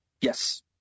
Yes